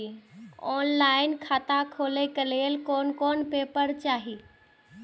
Online खाता खोले के लेल कोन कोन पेपर चाही?